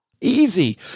Easy